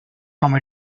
from